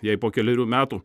jei po kelerių metų